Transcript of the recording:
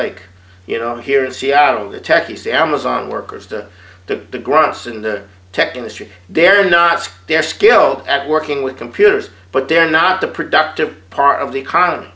ake you know here in seattle the techies the amazon workers the to the grown ups in the tech industry they're not they're skilled at working with computers but they're not the productive part of the economy